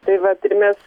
tai vat ir mes